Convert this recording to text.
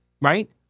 Right